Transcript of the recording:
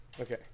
Okay